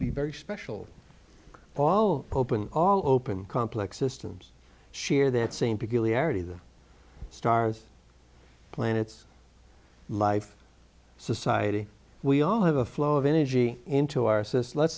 be very special paulo open all open complex systems share that same peculiarity of the stars planets life society we all have a flow of energy into our system let